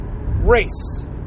race